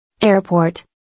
Airport